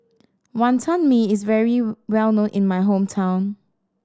Wonton Mee is very well known in my hometown